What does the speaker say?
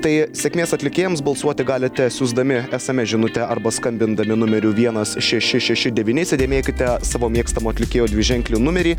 tai sėkmės atlikėjams balsuoti galite siųsdami sms žinutę arba skambindami numeriu vienas šeši šeši devyni įsidėmėkite savo mėgstamo atlikėjo dviženklį numerį